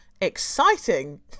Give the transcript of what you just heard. exciting